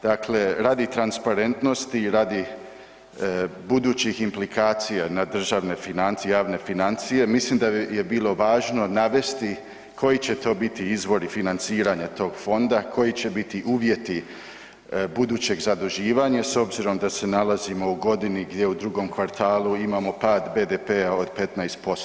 Dakle, radi transparentnosti, radi budućih implikacija na državne financije, javne financije, mislim da je bilo važno navesti koji će to biti izvori financiranja tog fonda, koji će biti uvjeti budućeg zaduživanja, s obzirom da se nalazimo u godini gdje u drugom kvartalu imamo pad BDP-a od 15%